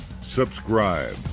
subscribe